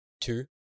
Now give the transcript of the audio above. two